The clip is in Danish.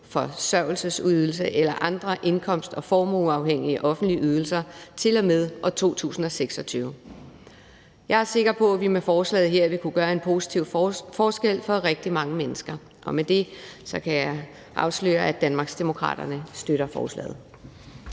forsørgelsesydelse eller andre indkomst- og formueafhængige offentlige ydelser til og med 2026. Jeg er sikker på, at vi med forslaget her vil kunne gøre en positiv forskel for rigtig mange mennesker, og med det kan jeg så afsløre, at Danmarksdemokraterne støtter forslaget.